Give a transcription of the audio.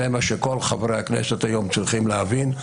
זה מה שכל חברי הכנסת צריכים היום להבין.